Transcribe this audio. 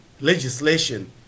legislation